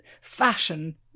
fashion